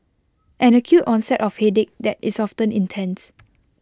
an acute onset of headache that is often intense